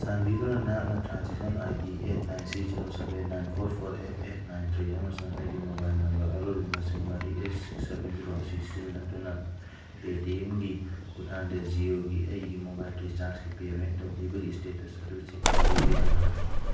ꯆꯥꯟꯕꯤꯗꯨꯅ ꯅꯍꯥꯛꯅ transaction I D eight nine six zero seven nine four four eight eight nine three ꯑꯃꯁꯨꯡ ꯑꯩꯒꯤ mobile number ꯑꯔꯣꯏꯕ ꯃꯁꯤꯡ ꯃꯔꯤ ꯑꯦꯠ ꯁꯤꯛꯁ ꯁꯕꯦꯟ ꯖꯦꯔꯣ ꯑꯁꯤ ꯁꯤꯖꯤꯟꯅꯗꯨꯅ ꯄꯦꯇꯦꯝꯒꯤ ꯈꯨꯊꯥꯡꯗ ꯖꯤꯑꯣꯒꯤ ꯑꯩꯒꯤ ꯃꯣꯕꯥꯏꯜ ꯔꯤꯆꯥꯔꯁꯀꯤ ꯄꯦꯃꯦꯟ ꯇꯧꯈꯤꯕꯒꯤ ꯏꯁꯇꯦꯇꯁ ꯑꯗꯨ ꯆꯦꯛ ꯇꯧꯕꯤꯕ ꯌꯥꯒꯗ꯭ꯔꯥ